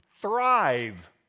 thrive